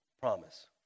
promise